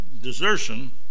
desertion